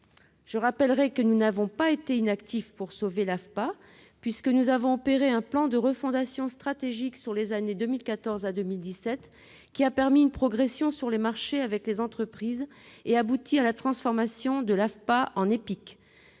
Je rappellerai que nous ne sommes pas restés inactifs pour sauver l'AFPA, puisque nous avons opéré un plan de refondation stratégique au cours des années 2014 à 2017, qui a permis une progression sur les marchés avec les entreprises, et a abouti à la transformation de l'agence en EPIC.